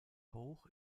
hoch